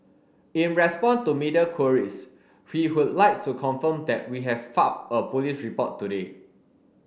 in response to media queries we would like to confirm that we have filed a police report today